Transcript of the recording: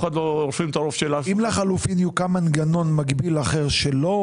אם לחלופין יוקם מנגנון מקביל אחר שלא